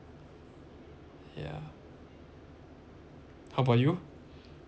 yeah how about you